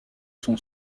son